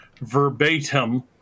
verbatim